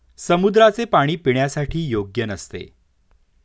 समुद्राचे पाणी पिण्यासाठी योग्य नसते